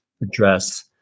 address